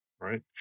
Right